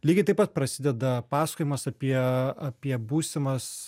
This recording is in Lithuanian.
lygiai taip pat prasideda pasakojimas apie apie būsimas